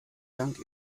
dank